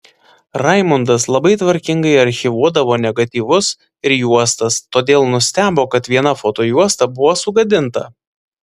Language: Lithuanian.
raimundas labai tvarkingai archyvuodavo negatyvus ir juostas todėl nustebo kad viena fotojuosta buvo sugadinta